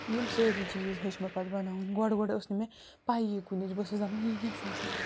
یِم سٲری چیٖز ہیٚچھ مےٚ پتہٕ بناوٕنۍ گۄڈٕ گۄڈٕ ٲسۍ نہٕ مےٚ پیی کُنِچ بہٕ ٲسٕس دَپان یہِ کیٛاہ چھُ آسان